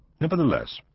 Nevertheless